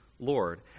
Lord